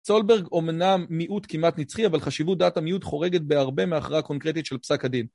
סולברג אומנם מיעוט כמעט נצחי, אבל חשיבות דעת המיעוט חורגת בהרבה מהכרעה קונקרטית של פסק הדין.